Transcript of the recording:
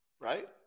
right